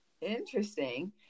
Interesting